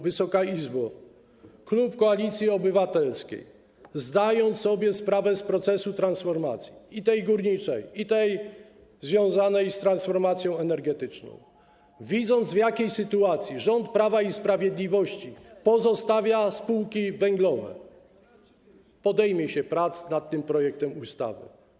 Wysoka Izbo! Klub Koalicji Obywatelskiej, zdając sobie sprawę z procesu transformacji i tej górniczej, i tej energetycznej, a także widząc, w jakiej sytuacji rząd Prawa i Sprawiedliwości pozostawia spółki węglowe, podejmie się prac nad tym projektem ustawy.